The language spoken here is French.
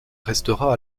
restera